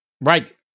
Right